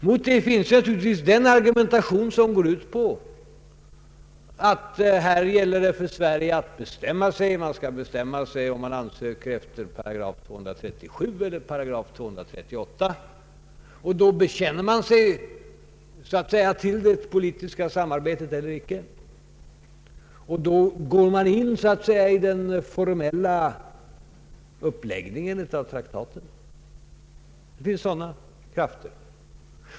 Mot detta finns naturligtvis den argumentation som går ut på att det gäller för Sverige att bestämma sig för att ansöka enligt § 237 eller 8 238; då bekänner man sig så att säga till det politiska samarbetet eller inte, då går man så att säga in i den formella uppläggningen av traktaten. Det finns sådana krafter.